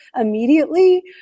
immediately